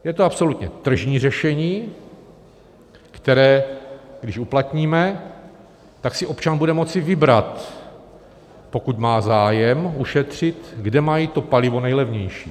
Je to absolutně tržní řešení, které když uplatníme, tak si občan bude moci vybrat, pokud má zájem ušetřit, kde mají to palivo nejlevnější.